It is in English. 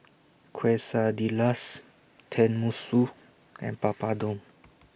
Quesadillas Tenmusu and Papadum